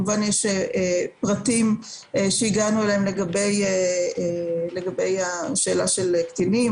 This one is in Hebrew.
יש פרטים שהגענו אליהם לגבי השאלה של קטינים,